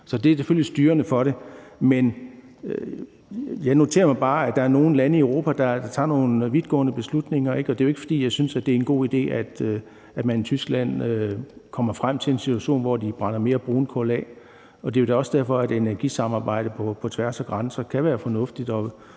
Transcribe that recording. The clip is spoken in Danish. Så det er selvfølgelig styrende for det. Jeg noterer mig bare, at der er nogle lande i Europa, der tager nogle vidtgående beslutninger. Og det er ikke, fordi jeg synes, det er en god idé, at man i Tyskland kommer frem til en situation, hvor man brænder mere brunkul af. Det er jo da også derfor, at et energisamarbejde på tværs af grænser kan være fornuftigt.